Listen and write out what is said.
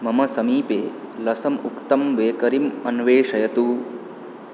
मम समीपे लसम् उक्तं बेकरीम् अन्वेषयतु